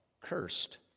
cursed